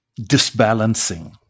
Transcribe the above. disbalancing